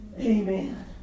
Amen